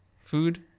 food